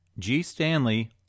gstanley